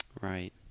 Right